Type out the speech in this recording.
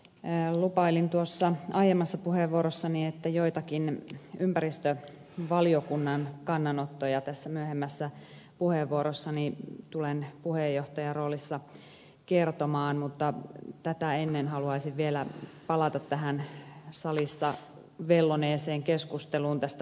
lupailin tuossa aiemmassa puheenvuorossani että joitakin ympäristövaliokunnan kannanottoja tässä myöhemmässä puheenvuorossani tulen puheenjohtajaroolissa kertomaan mutta tätä ennen haluaisin vielä palata tähän salissa velloneeseen keskusteluun tästä vaihtoehdottomuudesta